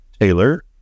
taylor